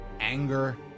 anger